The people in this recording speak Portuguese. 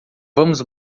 vamos